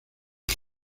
sus